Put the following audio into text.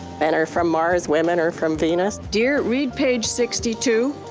men are from mars, women are from venus. dear, read page sixty two,